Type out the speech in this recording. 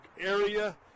area